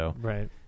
Right